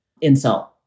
insult